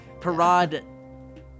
Parad